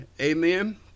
Amen